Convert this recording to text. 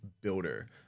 builder